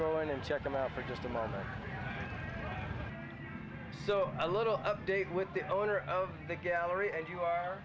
go in and check them out for just a moment so a little update with the owner of the gallery and you are